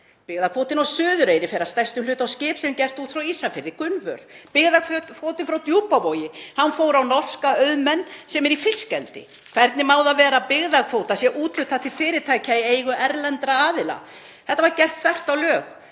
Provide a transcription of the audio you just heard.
Byggðakvótinn á Suðureyri fer að stærstum hluta á skip, Gunnvöru, sem gert er út frá Ísafirði. Byggðakvótinn frá Djúpavogi fór á norska auðmenn sem eru í fiskeldi. Hvernig má það vera að byggðakvóta sé úthlutað til fyrirtækja í eigu erlendra aðila? Þetta var gert þvert á lög,